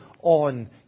on